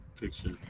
picture